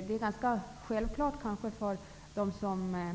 Det är ganska självklart för dem som